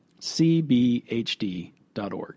cbhd.org